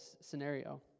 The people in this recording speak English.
scenario